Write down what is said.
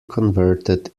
converted